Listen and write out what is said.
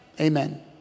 Amen